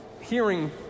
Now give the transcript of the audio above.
hearing